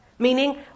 Meaning